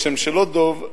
והשם שלו דב,